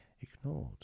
ignored